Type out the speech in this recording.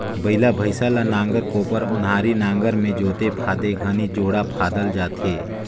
बइला भइसा ल नांगर, कोपर, ओन्हारी नागर मे जोते फादे घनी जोड़ा फादल जाथे